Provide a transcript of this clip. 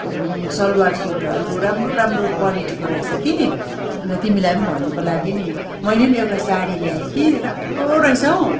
के अरे सलवार सुटहरू राम्रो राम्रो क्वालिटीको रहेछ कि अन्त तिमीलाई पनि भन्नुको लागि नि मैलेम एउटा सारी ल्याए कि राम्रो रहेछ हौ